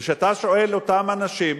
וכשאתה שואל את אותם אנשים,